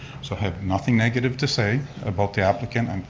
so i have nothing negative to say about the applicant. um